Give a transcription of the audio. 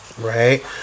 right